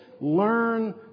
learn